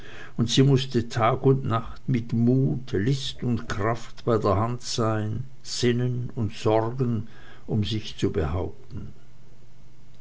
und sie mußte tag und nacht mit mut list und kraft bei der hand sein sinnen und sorgen um sich zu behaupten